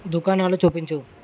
దుకాణాలు చూపించు